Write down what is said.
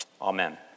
Amen